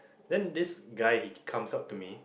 then this guy he comes up to me